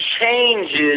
changes